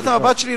סליחה.